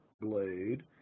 blade